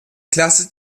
klasse